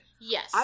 yes